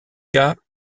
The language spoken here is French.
cas